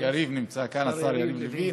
יריב נמצא כאן, השר יריב לוין.